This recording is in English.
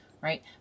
Right